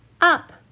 Up